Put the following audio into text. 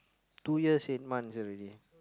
two years eight months already